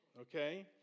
Okay